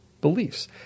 beliefs